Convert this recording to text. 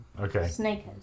Okay